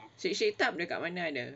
shake shack duck beli kat mana